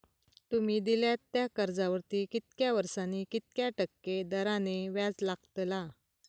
तुमि दिल्यात त्या कर्जावरती कितक्या वर्सानी कितक्या टक्के दराने व्याज लागतला?